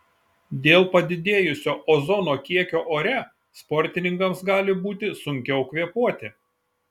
dėl padidėjusio ozono kiekio ore sportininkams gali būti sunkiau kvėpuoti